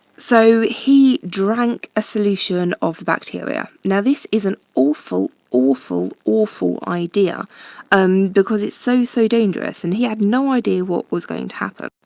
so he drank a solution of the bacteria. now, this is an awful, awful, awful, idea um because it's so, so dangerous and he had no idea what was going to happen.